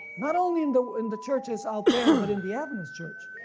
not only in the in the churches out there, but in the adventist church,